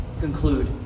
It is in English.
conclude